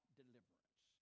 deliverance